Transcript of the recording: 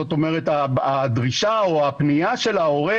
זאת אומרת שהדרישה או הפנייה של ההורה,